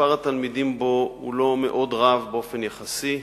שמספר התלמידים בו הוא לא מאוד רב, באופן יחסי,